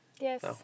Yes